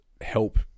help